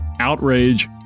outrage